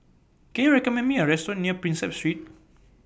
Can YOU recommend Me A Restaurant near Prinsep Street